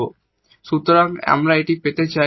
সুতরাং এখন আমরা এটি পেতে চাই